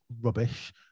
rubbish